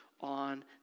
on